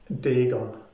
Dagon